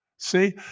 See